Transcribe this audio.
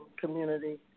community